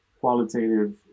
qualitative